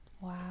Wow